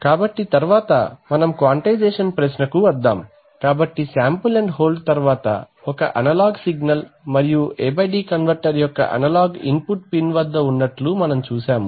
కాబట్టి తరువాత మనం క్వాంటైజేషన్ ప్రశ్నకు వద్దాం కాబట్టి శాంపుల్ అండ్ హోల్డ్ తరువాత ఒక అనలాగ్ సిగ్నల్ మరియు A D కన్వర్టర్ యొక్క అనలాగ్ ఇన్పుట్ పిన్ వద్ద ఉన్నట్లు మనం చూశాము